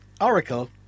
Oracle